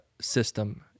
system